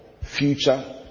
Future